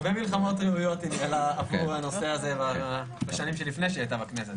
הרבה מלחמות היא ניהלה עבור הנושא הזה בשנים שלפני שהיא הייתה בכנסת,